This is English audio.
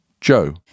joe